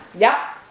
yep!